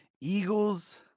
Eagles